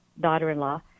daughter-in-law